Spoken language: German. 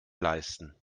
leisten